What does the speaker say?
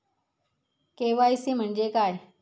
KYC म्हणजे काय?